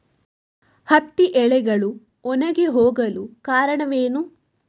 ಹತ್ತಿ ಎಲೆಗಳು ಒಣಗಿ ಹೋಗಲು ಕಾರಣವೇನು?